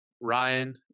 ryan